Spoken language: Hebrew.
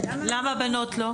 למה בנות לא?